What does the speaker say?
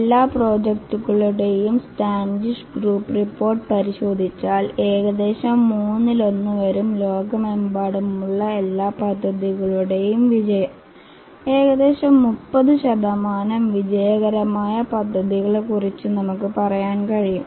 എല്ലാ പ്രോജക്റ്റുകളുടെയും Standish group report പരിശോധിച്ചാൽ ഏകദേശം മൂന്നിലൊന്ന് വരും ലോകമെമ്പാടുമുള്ള എല്ലാ പദ്ധതികളുടെയും വിജയം ഏകദേശം 30 ശതമാനം വിജയകരമായ പദ്ധതികളെക്കുറിച്ച് നമുക്ക് പറയാൻ കഴിയും